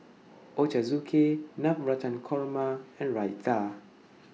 Ochazuke Navratan Korma and Raita